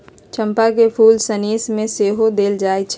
चंपा के फूल सनेश में सेहो देल जाइ छइ